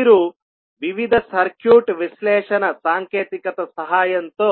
మీరు వివిధ సర్క్యూట్ విశ్లేషణ సాంకేతికత సహాయంతో